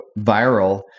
viral